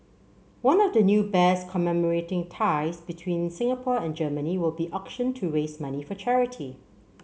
one of the new bears commemorating ties between Singapore and Germany will be auctioned to raise money for charity